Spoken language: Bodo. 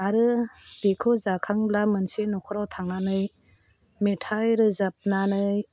आरो बेखौ जाखांब्ला मोनसे नखराव थांनानै मेथाय रोजाबनानै